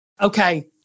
Okay